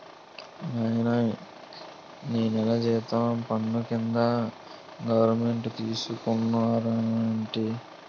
నాయనా నీ నెల జీతం పన్ను కింద గవరమెంటు తీసుకున్నాదన్నావేటి